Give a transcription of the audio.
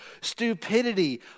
stupidity